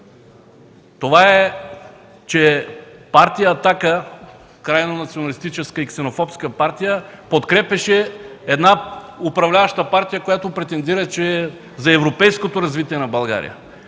Това е, че партия „Атака” – крайно националистическа и ксенофобска партия, подкрепяше една управляваща партия, която претендира, че е за европейското развитие на България.